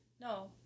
No